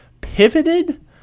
pivoted